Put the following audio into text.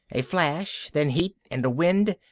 a flash, then heat, and a wind.